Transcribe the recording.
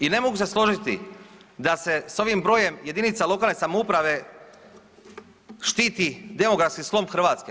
I ne mogu se složiti da se s ovim brojem jedinica lokalne samouprave štiti demografski slom Hrvatske.